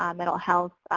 um mental health,